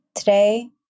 Today